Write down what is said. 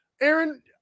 Aaron